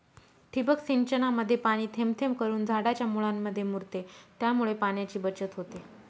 ठिबक सिंचनामध्ये पाणी थेंब थेंब करून झाडाच्या मुळांमध्ये मुरते, त्यामुळे पाण्याची बचत होते